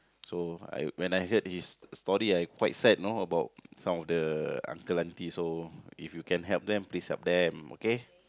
so I when I heard his story I quite sad you know about some of the uncle auntie also if you can help please help them okay